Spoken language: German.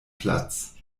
platz